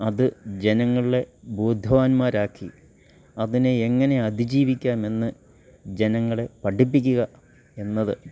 അത് ജനങ്ങളെ ബോധവാന്മാരാക്കി അതിനെ എങ്ങനെ അതിജീവിക്കാമെന്ന് ജനങ്ങളെ പഠിപ്പിക്കുക എന്നത്